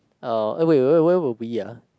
uh eh wait wait where were we ah